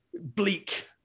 bleak